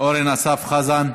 אורן אסף חזן,